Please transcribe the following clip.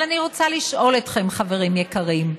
אבל אני רוצה לשאול אתכם, חברים יקרים: